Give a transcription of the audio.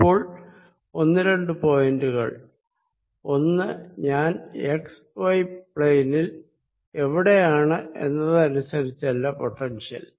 ഇപ്പോൾ ഒന്ന് രണ്ടു പോയിന്റുകൾ ഒന്ന് ഞാൻ x y പ്ളേനിൽ എവിടെയാണ് എന്നത് അനുസരിച്ചല്ല പൊട്ടൻഷ്യൽ